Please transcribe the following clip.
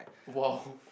!woah!